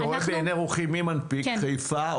אני רואה בעיני רוחי מי מנפיק: חיפה,